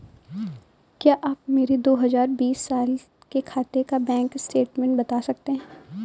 क्या आप मेरे दो हजार बीस साल के खाते का बैंक स्टेटमेंट बता सकते हैं?